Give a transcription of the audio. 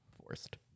forced